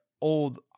old